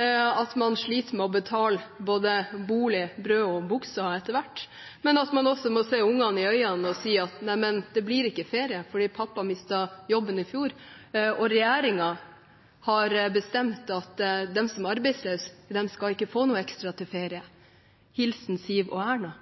at man sliter med å betale både bolig, brød og bukser etter hvert, men at man også må se ungene i øynene og si at det blir ikke ferie, for pappa mistet jobben i fjor, og regjeringen har bestemt at de som er arbeidsløse, ikke skal få noe ekstra til ferie – hilsen Siv og Erna.